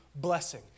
blessing